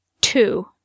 Two